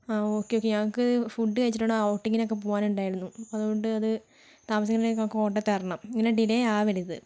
ആ okay okay ഞങ്ങൾക്ക് food കഴിച്ചിട്ട് വേണം ഔട്ടിങ്ങിനൊക്കെ പോവാനുണ്ടായിരുന്നു അതുകൊണ്ട് അത് താമസിക്കാതെ ഞങ്ങൾക്ക് കൊണ്ട് തരണം ഇങ്ങനെ ഡിലേ ആവരുത്